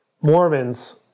Mormons